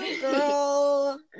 Girl